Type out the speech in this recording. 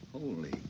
Holy